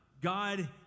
God